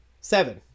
Seven